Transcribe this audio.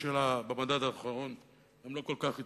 אפילו שבמדד האחרון הם לא כל כך הצליחו.